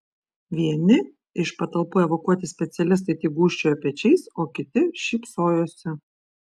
vieni iš patalpų evakuoti specialistai tik gūžčiojo pečiais o kiti šypsojosi